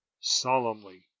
solemnly